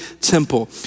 temple